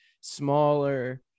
smaller